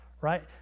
right